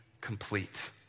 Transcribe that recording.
complete